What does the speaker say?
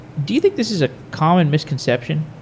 do you think this is a common misconception?